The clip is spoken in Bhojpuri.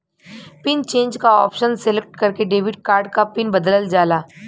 पिन चेंज क ऑप्शन सेलेक्ट करके डेबिट कार्ड क पिन बदलल जाला